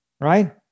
right